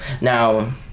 Now